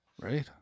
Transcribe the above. Right